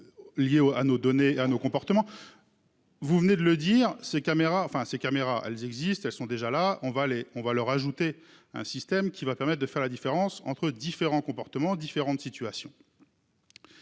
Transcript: Liés au à nos données à nos comportements. Vous venez de le dire, ces caméras enfin ses caméras elles existent, elles sont déjà là on va aller, on va leur ajouter un système qui va permettre de faire la différence entre différents comportements différentes situations.